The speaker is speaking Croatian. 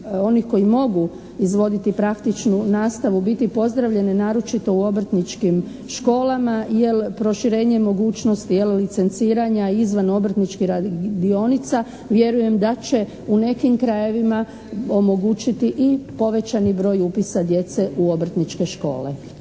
onih koji mogu izvoditi praktičnu nastavu biti pozdravljene naročito u obrtničkim školama, jer proširenje mogućnosti jel licenciranja izvan obrtničkih radionica vjerujem da će u nekim krajevima omogućiti i povećani broj upisa djece u obrtničke škole.